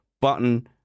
Button